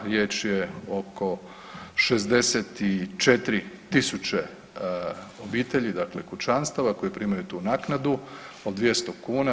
Riječ je oko 64 000 obitelji, dakle kućanstava koje primaju tu naknadu od 200 kuna.